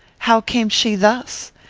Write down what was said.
how came she thus?